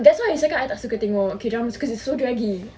that's why I cakap I tak suka tengok K drama cause it's so draggy